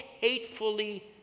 hatefully